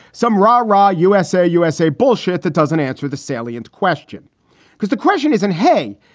some rah rah usa usa bullshit that doesn't answer the salient question because the question isn't, hey,